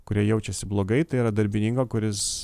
kurie jaučiasi blogai tai yra darbininką kuris